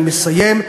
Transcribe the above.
אני מסיים,